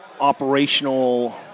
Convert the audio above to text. operational